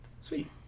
Sweet